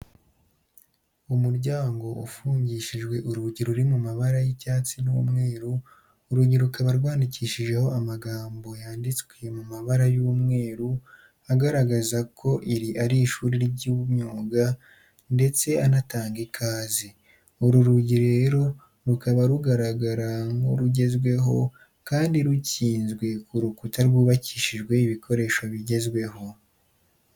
Umuryango ufungishijwe urugi ruri mu mabara y'icyatsi n'umweru, urugi rukaba rwandikishijeho amagambo yanditswe mu mabara y'umweru agaragaza ko iri ari ishuri ry'imyuga, ndetse anatanga ikaze. Uru rugi rero, rukaba rugaragara nk'urugezweho kandi rukinzwe ku rukuta rwubakishijwe ibikoresho bigezweho.